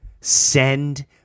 Send